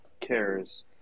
cares